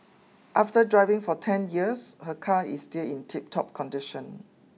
after driving for ten years her car is still in tiptop condition